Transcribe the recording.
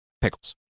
pickles